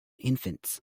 infants